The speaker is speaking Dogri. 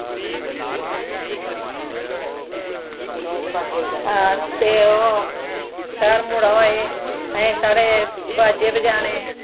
ते ओह् घर मुड़ा होए असें साढ़े बाजे बजाने